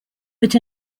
but